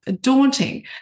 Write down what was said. daunting